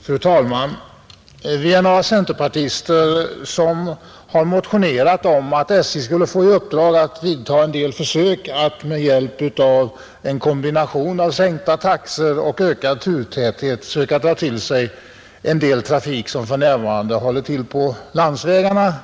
Fru talman! Vi är några centerpartister som har motionerat om att SJ Nr 85 skulle få i uppdrag att vidta en del försök att med hjälp av en Torsdagen den kombination av sänkta taxor och ökad turtäthet dra till sig en del trafik 13 maj 1971 som för närvarande håller till på landsvägarna.